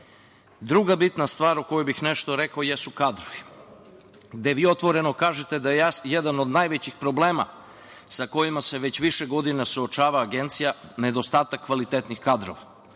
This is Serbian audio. bitna stvar o kojoj bih nešto rekao jesu kadrovi, gde vi otvoreno kažete da jedan od najvećih problema sa kojima se već više godina suočava Agencija je nedostatak kvalitetnih kadrova. Od